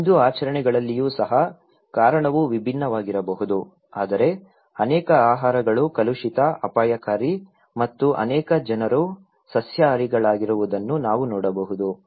ಹಿಂದೂ ಆಚರಣೆಗಳಲ್ಲಿಯೂ ಸಹ ಕಾರಣವು ವಿಭಿನ್ನವಾಗಿರಬಹುದು ಆದರೆ ಅನೇಕ ಆಹಾರಗಳು ಕಲುಷಿತ ಅಪಾಯಕಾರಿ ಮತ್ತು ಅನೇಕ ಜನರು ಸಸ್ಯಾಹಾರಿಗಳಾಗಿರುವುದನ್ನು ನಾವು ನೋಡಬಹುದು